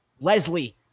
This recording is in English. Leslie